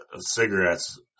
cigarettes